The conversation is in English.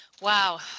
Wow